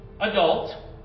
adult